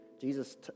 Jesus